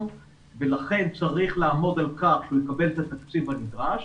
ולכן צריך לעמוד על כך שנקבל את התקציב הנדרש,